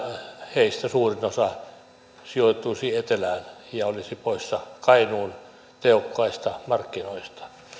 heistä suurin osa sijoittuisi etelään ja olisi poissa kainuun tehokkailta markkinoilta